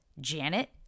Janet